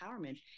empowerment